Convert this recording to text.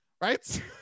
right